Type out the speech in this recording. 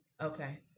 Okay